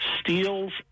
steals